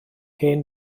hen